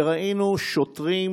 וראינו שוטרים,